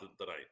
tonight